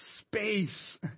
space